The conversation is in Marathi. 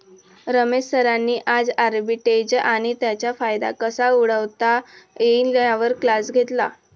रमेश सरांनी आज आर्बिट्रेज आणि त्याचा फायदा कसा उठवता येईल यावर क्लास घेतला